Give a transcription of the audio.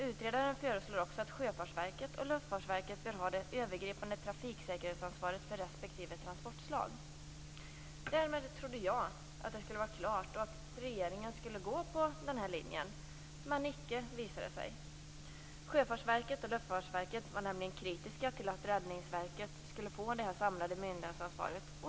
Utredaren föreslår att Sjöfartsverket och Luftfartsverket bör ha det övergripande trafiksäkerhetsansvaret för respektive transportslag. Därmed trodde jag att det skulle vara klart och att regeringen skulle gå på denna linje, men icke, visade det sig. Sjöfartsverket och Luftfartsverket var nämligen kritiska till att Räddningsverket skulle få detta samlade myndighetsansvar.